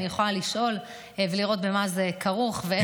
אני יכולה לשאול ולראות באופן אישי במה זה כרוך ואיך זה מתבצע.